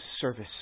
service